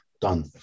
done